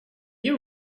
you